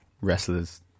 wrestlers